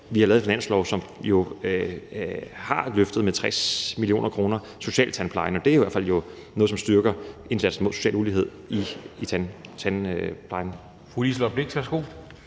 vi har lavet en finanslov, som har løftet området med 60 mio. kr. til socialtandplejen. Det er i hvert fald noget, som styrker indsatsen mod social ulighed i tandplejen. Kl. 10:28 Formanden